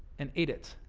and ate it.